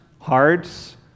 hearts